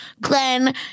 Glenn